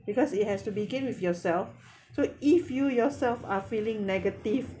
because it has to begin with yourself so if you yourself are feeling negative